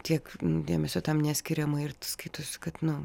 tiek dėmesio tam neskiriama ir skaitosi kad nu